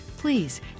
please